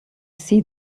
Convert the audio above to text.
see